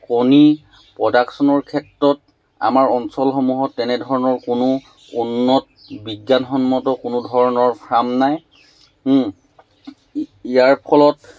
কণী প্ৰডাকচনৰ ক্ষেত্ৰত আমাৰ অঞ্চলসমূহত তেনেধৰণৰ কোনো উন্নত বিজ্ঞানসন্মত কোনো ধৰণৰ ফ্ৰাম নাই ইয়াৰ ফলত